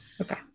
Okay